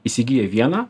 įsigyja vieną